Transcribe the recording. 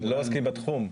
הם לא עוסקים בתחום?